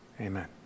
amen